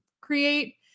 create